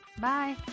Bye